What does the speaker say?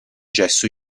gesso